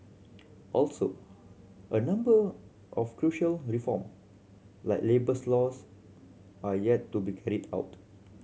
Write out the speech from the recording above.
also a number of crucial reform like labours laws are yet to be carried out